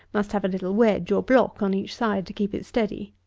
must have a little wedge, or block, on each side to keep it steady.